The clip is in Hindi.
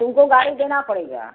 तुमको गाड़ी देना पड़ेगा